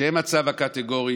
בשם הצו הקטגורי,